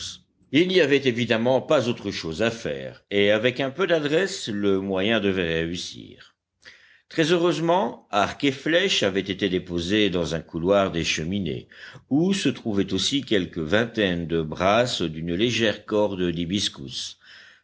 il n'y avait évidemment pas autre chose à faire et avec un peu d'adresse le moyen devait réussir très heureusement arcs et flèches avaient été déposés dans un couloir des cheminées où se trouvaient aussi quelques vingtaines de brasses d'une légère corde d'hibiscus